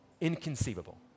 inconceivable